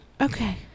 Okay